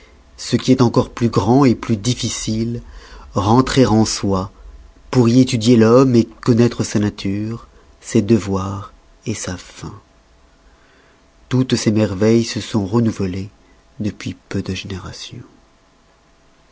ce qui est encore plus grand plus difficile rentrer en soi pour y étudier l'homme connoître sa nature ses devoirs sa fin toutes ces merveilles se sont renouvelées depuis peu de générations